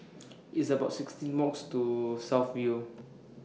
It's about sixteen mouse Walk to South View